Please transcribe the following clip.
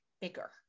bigger